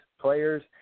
players